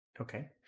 Okay